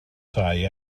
tai